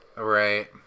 Right